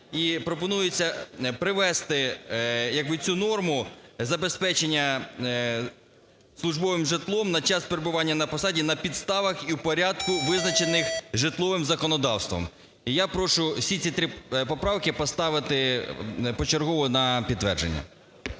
пропонується привести, як би, цю норму забезпечення службовим житлом на час перебування на посаді на підставах і в порядку, визначених житловим законодавством. І я прошу всі ці три поправки поставити почергово на підтвердження.